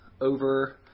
over